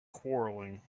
quarrelling